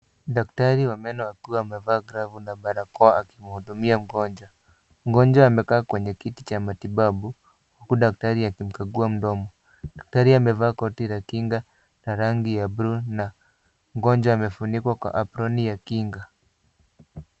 Daktari wa meno akiwa amevaa glavu na barakoa akimhudumia mgonjwa. Mgonjwa amekaa kwenye kiti cha matibabu huku daktari akimkagua mdomo. Daktari amevaa koti la kinga la rangi ya blue na mgonjwa amefunikwa kwa aproni ya kinga.